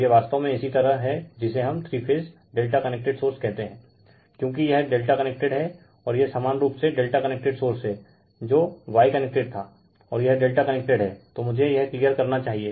और यह वास्तव में इसी तरह हैं जिसे हम थ्री फेज ∆ कनेक्टेड सोर्स कहते हैं क्योकि यह ∆ कनेक्टेड हैं और यह समान रूप से ∆ कनेक्टेड सोर्स हैं जो Yकनेक्टेड था और यह ∆ कनेक्टेड हैं तो मुझे यह क्लियर करना चाहिए